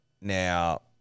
Now